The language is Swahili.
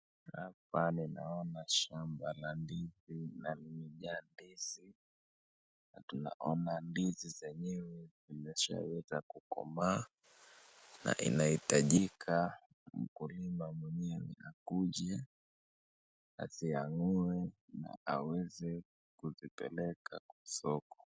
Hapa ninaona shamba la ndizi na limejaa ndizi. Na tunaona ndizi zenyewe zimeshaweza kukomaa na inahitajika mkulima mwenyewe akuje azianuwe na aweze kuzipeleka kwa soko.